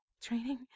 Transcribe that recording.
training